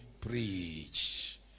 preach